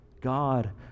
God